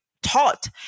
Taught